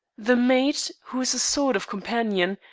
the maid, who is a sort of companion,